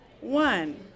One